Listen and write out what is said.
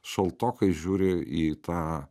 šaltokai žiūri į tą